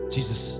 Jesus